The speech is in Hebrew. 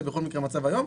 זה בכל מקרה המצב היום,